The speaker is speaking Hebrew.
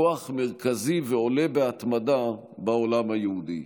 לכוח מרכזי ועולה בהתמדה בעולם היהודי.